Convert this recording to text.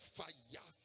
fire